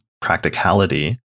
practicality